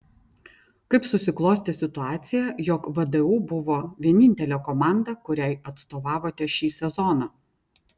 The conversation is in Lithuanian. kaip susiklostė situacija jog vdu buvo vienintelė komanda kuriai atstovavote šį sezoną